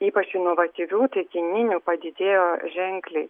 ypač inovatyvių taikininių padidėjo ženkliai